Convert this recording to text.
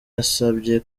yasabye